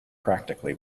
practically